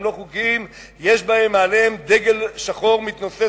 יש מעליהם דגל שחור שמתנוסס,